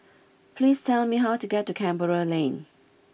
please tell me how to get to Canberra Lane